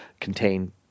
contain